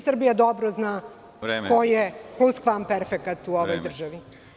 Srbija dobro zna ko je pluskvamperfekat u ovoj državi.